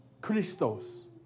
Christos